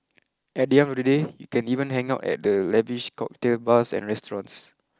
at the end of the day you can even hang out at the lavish cocktail bars and restaurants